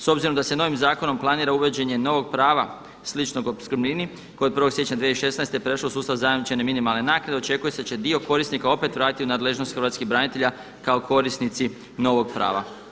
S obzirom da se novim zakonom planira uvođenje novog prava sličnog opskrbnini koja je prosječna 2016. prešlo sustav zajamčene minimalne naknade očekuje se da će dio korisnika opet vratio u nadležnost hrvatskih branitelja kao korisnici novog prava.